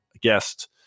guest